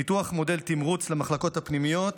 פיתוח מודל תמרוץ למחלקות הפנימיות